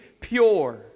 pure